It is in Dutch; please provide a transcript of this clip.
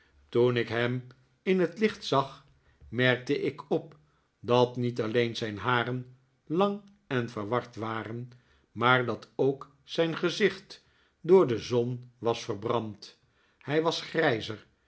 toen ik hem in het licht zag merkte ik op dat niet alleen zijn haren lang en verward waren maar dat ook zijn gezicht door de zon was verbrand hij was grijzer